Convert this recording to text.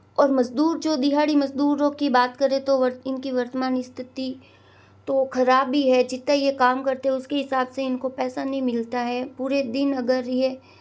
और मज़दूर जो दिहाड़ी मज़दूरों की बात करें तो वर इनकी वर्तमान स्थिति तो ख़राब ही है जितना ये काम करते है उसके हिसाब से इनको पैसा नहीं मिलता है पूरे दिन अगर ये